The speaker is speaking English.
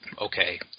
okay